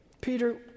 Peter